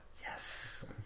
Yes